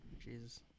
Jesus